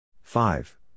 Five